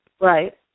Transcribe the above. Right